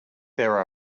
there